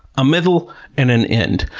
a middle and an end.